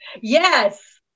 Yes